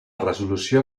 resolució